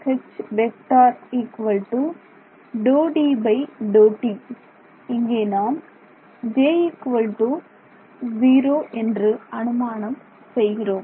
இங்கே நாம் J0 என்று அனுமானம் செய்கிறோம்